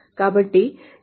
fine